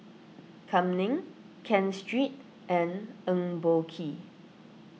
Kam Ning Ken Seet and Eng Boh Kee